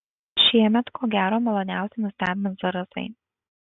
šiemet ko gero maloniausiai nustebins zarasai